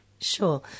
Sure